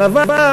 שנבעה,